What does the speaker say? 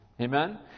Amen